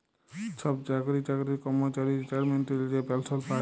ছব সরকারি চাকরির কম্মচারি রিটায়ারমেল্টে যে পেলসল পায়